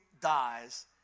dies